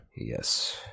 Yes